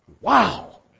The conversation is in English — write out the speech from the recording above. Wow